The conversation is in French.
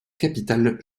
capitale